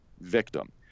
victim